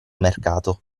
mercato